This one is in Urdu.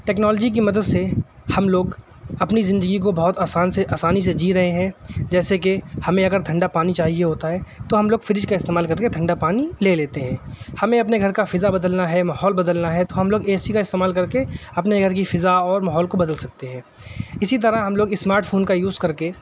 ٹیکنالوجی کی مدد سے ہم لوگ اپنی زندگی کو بہت آسان سے آسانی سے جی رہے ہیں جیسے کہ ہمیں اگر ٹھنڈا پانی چاہیے ہوتا ہے تو ہم لوگ فریج کا استعمال کر کے ٹھنڈا پانی لے لیتے ہیں ہمیں اپنے گھر کا فضا بدلنا ہے ماحول بدلنا ہے تو ہم لوگ اے سی کا استعمال کر کے اپنے گھر کی فضا اور ماحول کو بدل سکتے ہیں اسی طرح ہم لوگ اسماٹفون کا یوز کر کے